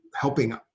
helping